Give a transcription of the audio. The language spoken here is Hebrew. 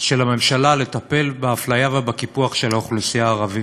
של הממשלה לטפל באפליה ובקיפוח של האוכלוסייה הערבית.